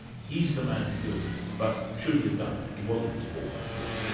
he's the man to do it but should he have done it, it wasn't his fault after all.